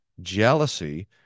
jealousy